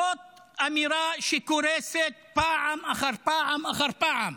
זאת אמירה שקורסת פעם אחר פעם אחר פעם.